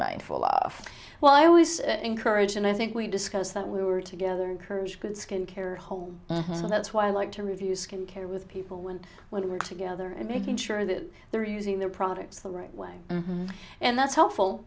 mindful of well i always encourage and i think we discussed that we were together encourage good skin care home so that's why i like to review skincare with people when when we're together and making sure that they're using their products the right way and that's helpful